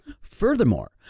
Furthermore